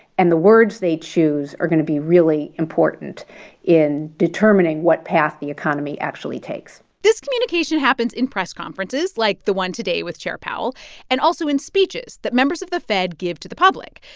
and the words they choose are going to be really important in determining what path the economy actually takes this communication happens in press conferences like the one today with chair powell and also in speeches that members of the fed give to the public.